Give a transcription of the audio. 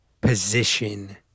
position